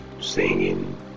singing